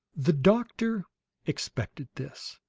the doctor expected this.